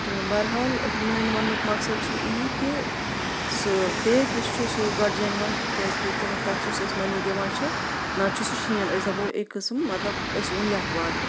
تہٕ بحرحال میٲنہِ وَننُک مقصد چھِ یی کہ سُہ پیک یُس چھُ سُہ اوس بَڑٕ جینوَن کیازِکہِ تَمہِ تَتھ یُس أسۍ مٔنی دِوان چھِ نَتہٕ چھُ سُہ شیٖن أسۍ دَپو اکہِ قٕسمہٕ مطلب اَسہِ اوٚن یَکھ بازرٕ